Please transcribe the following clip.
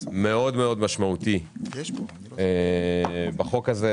מאוד מאוד משמעותי בחוק הזה,